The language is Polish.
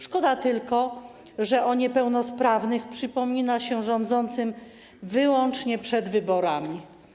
Szkoda tylko, że o niepełnosprawnych przypomina się rządzącym wyłącznie przed wyborami.